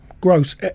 gross